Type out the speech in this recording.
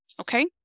okay